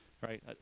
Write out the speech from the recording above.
right